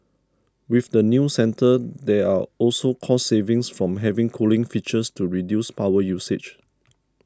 with the new centre there are also cost savings from having cooling features to reduce power usage